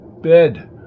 Bed